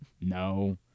No